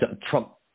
Trump